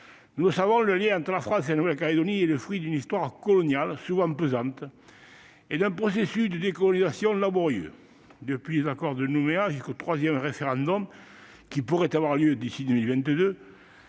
à son terme. Le lien entre la France et la Nouvelle-Calédonie est le fruit d'une histoire coloniale souvent pesante et d'un processus de décolonisation laborieux. Depuis les accords de Nouméa jusqu'au troisième référendum, qui pourrait avoir lieu d'ici à 2022,